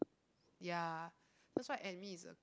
ya that's why admin is a